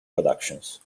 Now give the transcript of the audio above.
productions